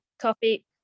coffee